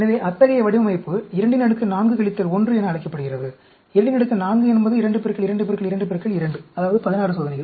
எனவே அத்தகைய வடிவமைப்பு 24 1 என அழைக்கப்படுகிறது 24 என்பது 2 2 2 2 அதாவது 16 சோதனைகள்